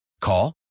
Call